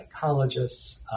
psychologists